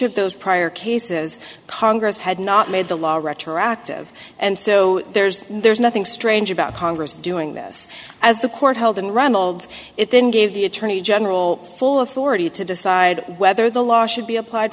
of those prior cases congress had not made the law retroactive and so there's there's nothing strange about congress doing this as the court held and ronald it then gave the attorney general full authority to decide whether the law should be applied